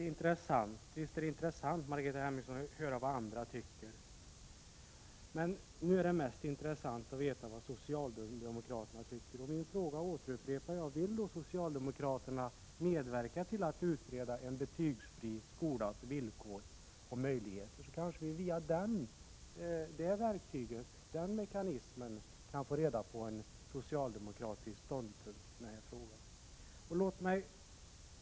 Herr talman! Visst är det, Margareta Hemmingsson, intressant att höra vad andra tycker. Men nu är det mest intressant att få veta vad socialdemokraterna tycker. Jag återupprepar min fråga: Vill socialdemokraterna medverka till att utreda en betygsfri skolas villkor och möjligheter? Kanske vi får med det verktyget och den mekanismen reda på socialdemokraternas ståndpunkt i denna fråga.